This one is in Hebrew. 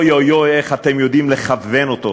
אוי אוי אוי, איך אתם יודעים לכוון אותו